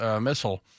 missile